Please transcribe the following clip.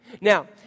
Now